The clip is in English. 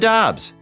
Dobbs